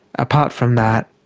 apart from that,